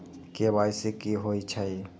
KYC कि होई छई?